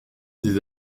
des